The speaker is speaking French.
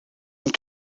ont